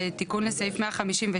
בתיקון לסעיף 152,